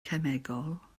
cemegol